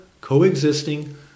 coexisting